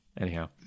Anyhow